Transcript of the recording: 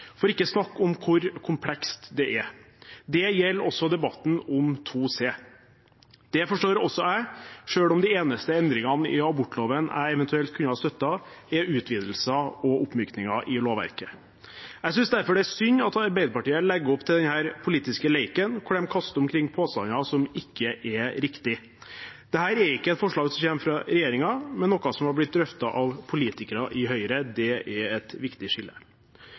for ikke å snakke om hvor komplekst det er. Det gjelder også debatten om § 2 c. Det forstår også jeg, selv om de eneste endringene i abortloven jeg eventuelt kunne ha støttet, er utvidelser og oppmykninger i lovverket. Jeg synes derfor det er synd at Arbeiderpartiet legger opp til denne politiske leken der de kaster rundt påstander som ikke er riktige. Dette er ikke et forslag som kommer fra regjeringen, men noe som er blitt drøftet av politikere i Høyre. Det er et viktig skille.